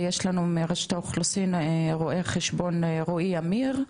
ויש לנו כאן מרשות האוכלוסין גם רואה חשבון רועי אמיר,